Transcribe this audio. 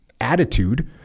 attitude